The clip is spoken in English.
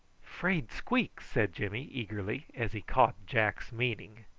fraid squeak, said jimmy eagerly, as he caught jack's meaning.